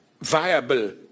viable